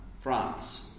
France